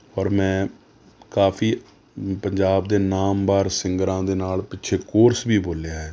ਔਰ ਮੈਂ ਕਾਫੀ ਪੰਜਾਬ ਦੇ ਨਾਮਵਾਰ ਸਿੰਗਰਾਂ ਦੇ ਨਾਲ ਪਿੱਛੇ ਕੋਰਸ ਵੀ ਬੋਲਿਆ ਹੈ